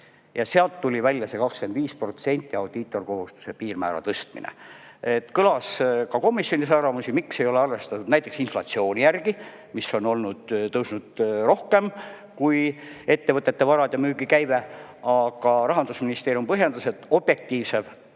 ja sealt tuli välja see 25% audiitorkohustuse piirmäära tõstmine. Kõlas ka komisjonis arvamusi, miks ei ole arvestatud näiteks inflatsiooni järgi, mis on tõusud rohkem kui ettevõtete varad ja müügikäive. Aga Rahandusministeerium põhjendas, et objektiivsem